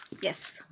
yes